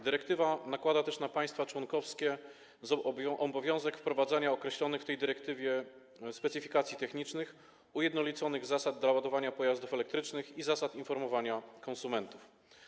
Dyrektywa nakłada też na państwa członkowskie obowiązek wprowadzenia określonych w niej specyfikacji technicznych, ujednoliconych zasad dotyczących ładowania pojazdów elektrycznych i zasad informowania konsumentów.